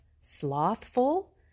slothful